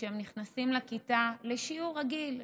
כשהם נכנסים לכיתה לשיעור רגיל,